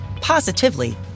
positively